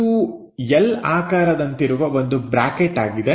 ಇದು L ಆಕಾರದಂತಿರುವ ಒಂದು ಬ್ರಾಕೆಟ್ ಆಗಿದೆ